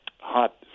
hot